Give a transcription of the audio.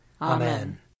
Amen